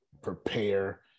prepare